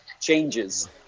changes